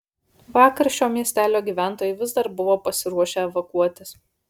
vakar šio miestelio gyventojai vis dar buvo pasiruošę evakuotis